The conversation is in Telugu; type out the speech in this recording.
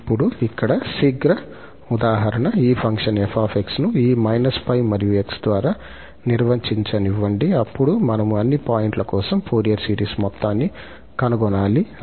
ఇప్పుడు ఇక్కడ శీఘ్ర ఉదాహరణ ఈ ఫంక్షన్ 𝑓𝑥 ను ఈ −𝜋 మరియు 𝑥 ద్వారా నిర్వచించనివ్వండి అప్పుడు మనము అన్ని పాయింట్ల కోసం ఫోరియర్ సిరీస్ మొత్తాన్ని కనుగొనాలి